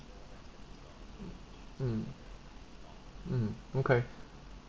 mm mm okay